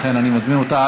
לכן אני מזמין אותה.